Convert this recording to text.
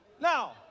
Now